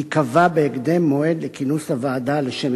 ייקבע בהקדם מועד לכינוס הוועדה לשם